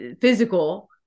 physical